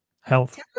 Health